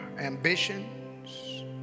ambitions